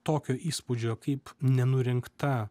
tokio įspūdžio kaip nenurinkta